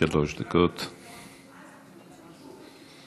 שלו, לא להכיר בהיסטוריה